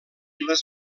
les